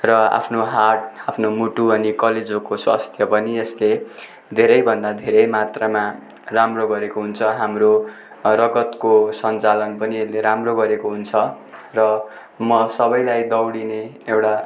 र आफ्नो हार्ट आफ्नो मुटु अनि कलेजोको स्वास्थ्य पनि यसले धेरैभन्दा धेरै मात्रामा राम्रो गरेको हुन्छ हाम्रो रगतको सन्चालन पनि यसले राम्रो गरेको हुन्छ र म सबैलाई दौडिने एउटा